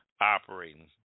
operating